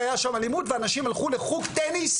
שהיתה שם אלימות ואנשים הלכו לחוג טניס